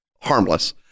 harmless